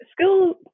school